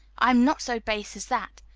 i am not so base as that.